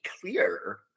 clear